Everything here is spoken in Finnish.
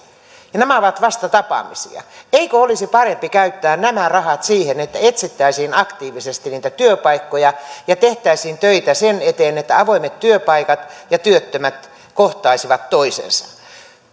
ja nämä ovat vasta tapaamisia eikö olisi parempi käyttää nämä rahat siihen että etsittäisiin aktiivisesti niitä työpaikkoja ja tehtäisiin töitä sen eteen että avoimet työpaikat ja työttömät kohtaisivat toisensa